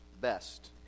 best